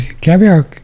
Caviar